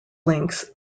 links